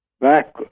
Back